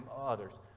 others